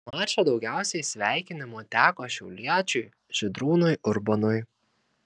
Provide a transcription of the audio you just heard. po mačo daugiausiai sveikinimų teko šiauliečiui žydrūnui urbonui